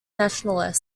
nationalist